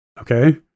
Okay